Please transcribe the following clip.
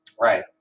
Right